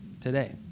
today